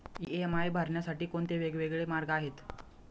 EMI भरण्यासाठी कोणते वेगवेगळे मार्ग आहेत?